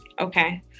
okay